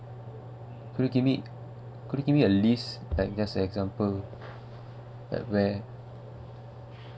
could you give me could you give me a list like there's example like where